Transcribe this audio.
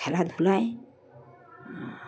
খেলাধুলাই